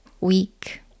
week